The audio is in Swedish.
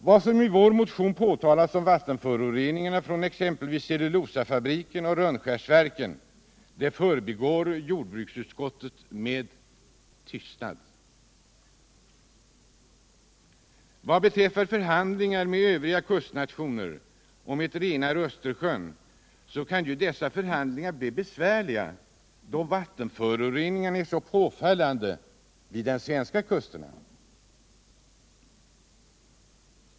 Vad som i vår motion påtalats när det gäller vattenföroreningarna vid exempelvis cellulosafabrikerna och Rönnskärsverken förbigår jordbruksutskottet med tystnad. Vad beträffar förhandlingar med övriga kustnationer om cen renare Östersjön kan dessa bli besvärliga, då vattenföroreningarna är så påfallande vid den svenska kusten.